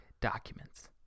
documents